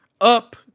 up